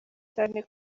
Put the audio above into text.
cyane